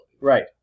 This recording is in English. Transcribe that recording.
Right